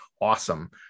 awesome